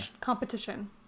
competition